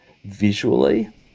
visually